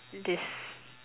this